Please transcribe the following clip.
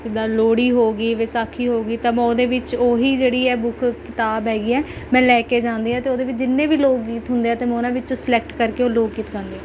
ਜਿੱਦਾਂ ਲੋਹੜੀ ਹੋ ਗਈ ਵਿਸਾਖੀ ਹੋ ਗਈ ਤਾਂ ਮੈਂ ਉਹਦੇ ਵਿੱਚ ਉਹੀ ਜਿਹੜੀ ਹੈ ਬੁੱਕ ਕਿਤਾਬ ਹੈਗੀ ਹੈ ਮੈਂ ਲੈ ਕੇ ਜਾਂਦੀ ਹਾਂ ਅਤੇ ਉਹਦੇ ਵਿੱਚ ਜਿੰਨੇ ਵੀ ਲੋਕ ਗੀਤ ਹੁੰਦੇ ਆ ਅਤੇ ਮੈਂ ਉਨ੍ਹਾਂ ਵਿੱਚੋਂ ਸਿਲੈਕਟ ਕਰਕੇ ਉਹ ਲੋਕ ਗੀਤ ਗਾਉਂਦੀ ਹਾਂ